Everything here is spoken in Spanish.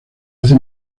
hace